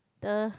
the